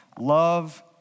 Love